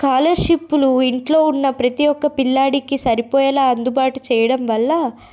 స్కాలర్షిప్లు ఇంట్లో ఉన్న ప్రతీ ఒక్క పిల్లాడికి సరిపోయేలా అందుబాటు చేయడం వల్ల